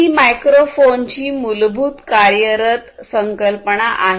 ही मायक्रो फोनची मूलभूत कार्यरत संकल्पना आहे